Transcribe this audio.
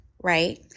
right